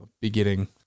beginning